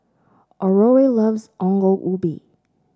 Aurore loves Ongol Ubi